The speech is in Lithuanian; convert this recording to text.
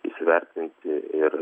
įsivertinti ir